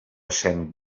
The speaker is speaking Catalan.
cent